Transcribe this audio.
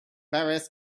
various